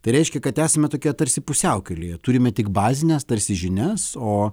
tai reiškia kad esame tokioje tarsi pusiaukelėje turime tik bazines tarsi žinias o